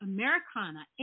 Americana